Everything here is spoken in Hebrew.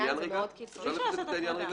אפשר לפשט את העניין?